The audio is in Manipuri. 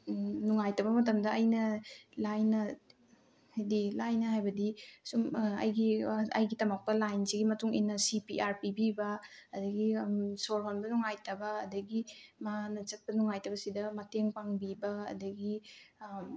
ꯅꯨꯡꯉꯥꯏꯇꯕ ꯃꯇꯝꯗ ꯑꯩꯅ ꯂꯥꯏꯅ ꯍꯥꯏꯗꯤ ꯂꯥꯏꯅ ꯍꯥꯏꯕꯗꯤ ꯁꯨꯝ ꯑꯩꯒꯤ ꯇꯝꯃꯛꯄ ꯂꯥꯏꯟꯁꯤꯒꯤ ꯃꯇꯨꯡ ꯏꯟꯅ ꯁꯤ ꯄꯤ ꯑꯥꯔ ꯄꯤꯕꯤꯕ ꯑꯗꯨꯗꯒꯤ ꯁꯣꯔ ꯍꯣꯟꯕ ꯅꯨꯡꯉꯥꯏꯇꯕ ꯑꯗꯨꯗꯒꯤ ꯃꯥꯅ ꯆꯠꯄ ꯅꯨꯡꯉꯥꯏꯇꯕꯁꯤꯗ ꯃꯇꯦꯡ ꯄꯥꯡꯕꯤꯕ ꯑꯗꯨꯗꯒꯤ